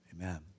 Amen